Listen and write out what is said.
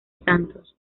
santos